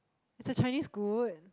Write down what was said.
is her Chinese good